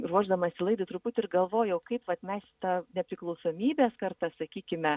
ruošdamasi laidai truputį ir galvojau kaip vat mes ta nepriklausomybės karta sakykime